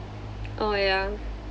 oh ya